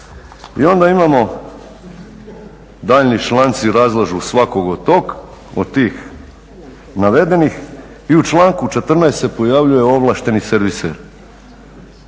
I onda imamo daljnji članci razlažu svakog od tih navedenih i u članku 14.se pojavljuje ovlašteni serviser,